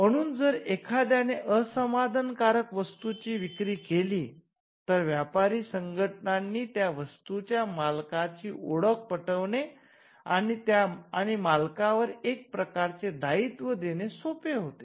म्हणून जर एखाद्याने असमाधानकारक वस्तूंची विक्री केली तर व्यापारी संघटनांनी त्या वस्तूंच्या मालकाची ओळख पटविणे आणि मालकावर एक प्रकारचे दायित्व देणे सोपे होते